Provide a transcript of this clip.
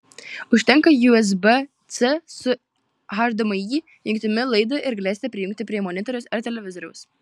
užtenka usb c su hdmi jungtimi laido ir galėsite prijungti prie monitoriaus ar televizoriaus